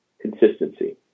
consistency